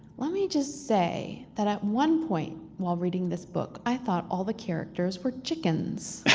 let me just say that at one point while reading this book, i thought all the characters were chickens.